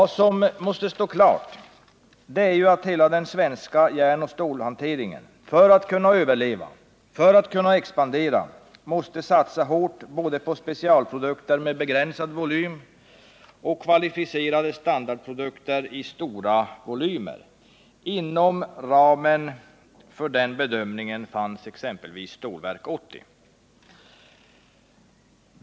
Det måste stå klart att hela den svenska järnoch stålhanteringen för att kunna överleva och expandera måste satsa hårt både på specialprodukter med begränsad volym och på kvalificerade standardprodukter i stora volymer. Inom ramen för den bedömningen fanns exempelvis Stålverk 80.